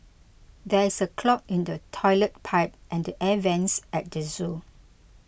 there is a clog in the Toilet Pipe and the Air Vents at the zoo